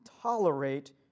tolerate